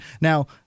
Now